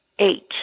Eight